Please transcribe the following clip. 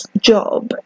job